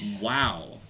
Wow